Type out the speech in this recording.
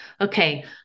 Okay